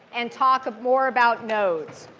and talk more about nodes.